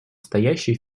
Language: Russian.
стоящие